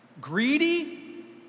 greedy